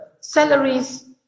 salaries